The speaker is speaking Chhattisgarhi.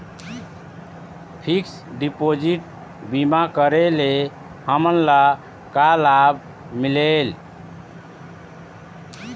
फिक्स डिपोजिट बीमा करे ले हमनला का लाभ मिलेल?